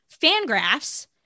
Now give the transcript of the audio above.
Fangraphs